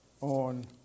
on